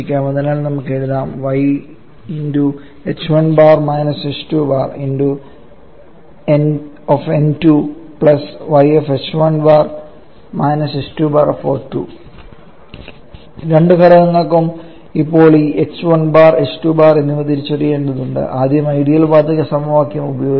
അതിനാൽ നമുക്ക് എഴുതാം രണ്ട് ഘടകങ്ങൾക്കും ഇപ്പോൾ ഈ h1 bar h2 bar എന്നിവ തിരിച്ചറിയേണ്ടതുണ്ട് ആദ്യം ഐഡിയൽ വാതക സമവാക്യം ഉപയോഗിക്കുക